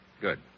Good